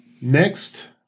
next